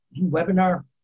webinar